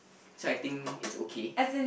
so I think it's okay